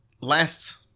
last